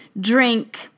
drink